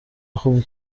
خوبی